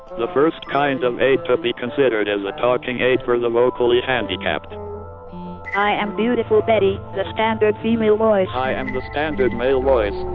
the first kind of aid to be considered as a talking aid for the vocally handicapped i am beautiful betty, the standard female voice i am the standard male voice,